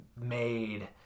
made